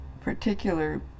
particular